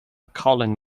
colin